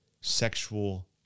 sexual